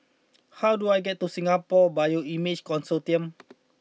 how do I get to Singapore Bioimaging Consortium